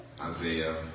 Isaiah